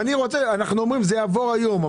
אנחנו אומרים שזה יעבור היום,